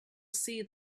see